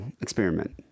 experiment